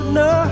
no